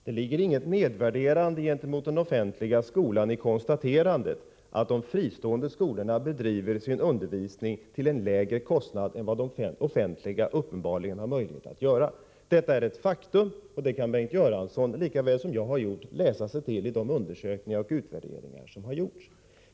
Herr talman! Det ligger inget nedvärderande gentemot den offentliga skolan i konstaterandet att de fristående skolorna bedriver sin undervisning till en lägre kostnad än de offentliga uppenbarligen har möjlighet att göra. Det är ett faktum, och det kan Bengt Göransson, lika väl som jag har gjort, läsa sig till i de undersökningar och de utvärderingar som har gjorts.